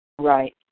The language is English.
Right